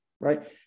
right